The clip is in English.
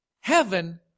Heaven